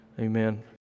Amen